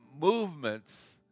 movements